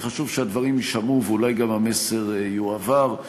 כי חשוב שהדברים יישמעו, ואולי גם המסר יועבר.